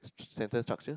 like sentence structure